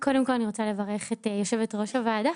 אני רוצה לברך את יושבת ראש הוועדה,